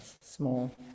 small